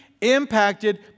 impacted